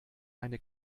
eine